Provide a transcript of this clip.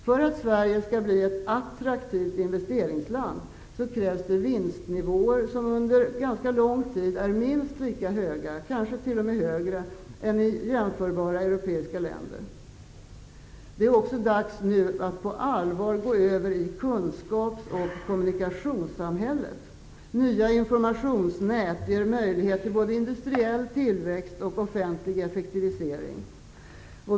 För att Sverige skall bli ett attraktivt investeringsland krävs det vinstnivåer som under ganska lång tid är minst lika höga, kanske t.o.m. högre än jämförbara europeiska länders. Det är nu också dags att på allvar gå över i kunskaps och kommunikationssamhället. Nya informationsnät ger möjlighet till både industriell tillväxt och offentlig effektivisering.